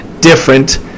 different